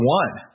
one